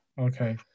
Okay